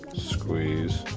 squeeze,